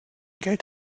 geld